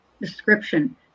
description